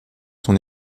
son